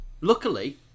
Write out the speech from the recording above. Luckily